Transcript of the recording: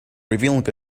revealing